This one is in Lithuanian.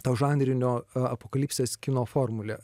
to žanrinio a apokalipsės kino formulė